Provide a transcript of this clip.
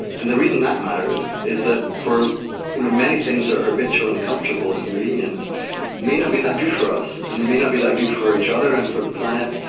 and the reason that matters is that you know many things that are habitual and comfortable and convenient may not be that good for us, and they may not be that good for each other and for the planet,